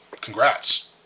congrats